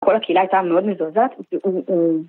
‫כל הקהילה הייתה מאוד מזועזעת.